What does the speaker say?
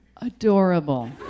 adorable